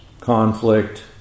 conflict